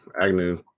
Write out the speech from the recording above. Agnew